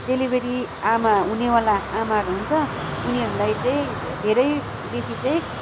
delivery आमा हुने वाला आमाहरू हुन्छ उनीहरूलाई चाहिँ धेरै बेसी चाहिँ